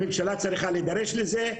הממשלה צריכה להידרש לזה,